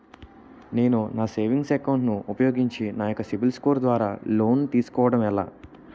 నేను నా savings account ను ఉపయోగించి నా యెక్క సిబిల్ స్కోర్ ద్వారా లోన్తీ సుకోవడం ఎలా?